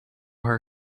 her